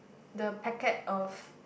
tbe packet of